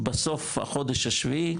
בסוף החודש השביעי,